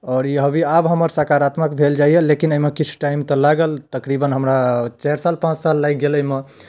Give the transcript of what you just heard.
आओर ई हौबी आब हमर सकारात्मक भेल जाइए लेकिन एहिमे किछु टाइम तऽ लागल तकरीबन हमरा चारि साल पाँच साल लागि गेल एहिमे